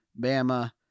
Bama